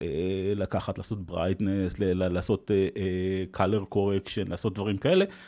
לקחת לעשות brightness, לעשות color correction, לעשות דברים כאלה.